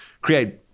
create